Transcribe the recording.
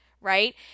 right